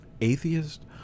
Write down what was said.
atheist